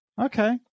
okay